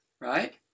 right